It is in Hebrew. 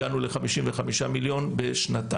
27,500,000 ₪, הגענו ל-55,000,000 ₪ בשנתיים.